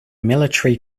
military